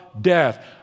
death